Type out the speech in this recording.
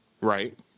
Right